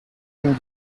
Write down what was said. ihm